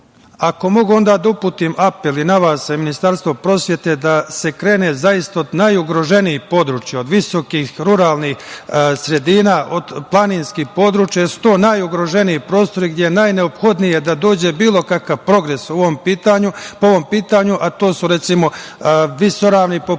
Ako mogu onda da uputim apel i na vas i na Ministarstvo prosvete da se krene zaista od najugroženijih područja, od visokih ruralnih sredina, od planinskih područja jer su to najugroženiji prostori gde je najneophodnije da dođe bilo kakav progres po ovom pitanju, a to su recimo visoravni poput